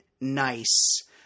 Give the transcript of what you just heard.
nice